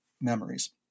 memories